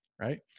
right